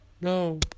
No